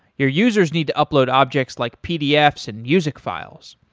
your users need to upload objects like pdfs and music files.